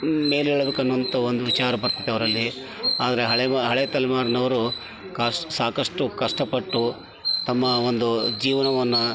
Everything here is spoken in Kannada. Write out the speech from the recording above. ಮೇಲೇಳ್ಬೇಕು ಅನ್ನುವಂತ ಒಂದು ವಿಚಾರ ಬರತೈತೆ ಅವರಲ್ಲಿ ಆದರೆ ಹಳೆ ಬ ಹಳೆ ತಲೆಮಾರಿನವ್ರು ಕಾಶ್ ಸಾಕಷ್ಟು ಕಷ್ಟಪಟ್ಟು ತಮ್ಮ ಒಂದು ಜೀವನವನ್ನು